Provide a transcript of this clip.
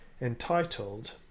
entitled